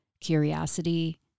curiosity